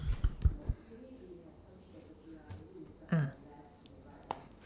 uh